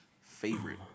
favorite